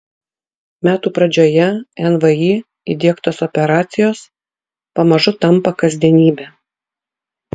metų pradžioje nvi įdiegtos operacijos pamažu tampa kasdienybe